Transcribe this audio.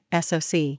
SoC